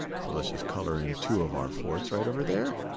so let's just color in two of our fourths right over there.